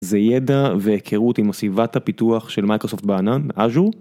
זה ידע והיכרות עם סביבת הפיתוח של מייקרוסופט בענן, azure.